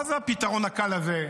מה זה הפתרון הקל הזה,